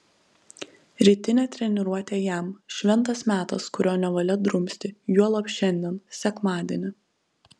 rytinė treniruotė jam šventas metas kurio nevalia drumsti juolab šiandien sekmadienį